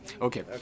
okay